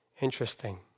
Interesting